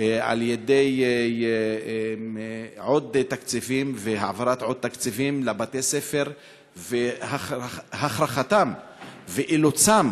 על ידי עוד תקציבים והעברת עוד תקציבים לבתי-הספר והכרחתם ואילוצם